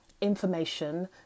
information